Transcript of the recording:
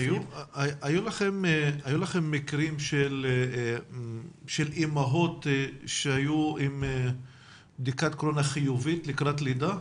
היו לכם מקרים של אימהות שהיו חיוביות קורונה לקראת לידה?